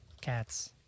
Cats